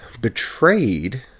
betrayed